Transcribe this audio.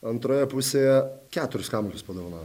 antroje pusėje keturis kamuolius padovanojom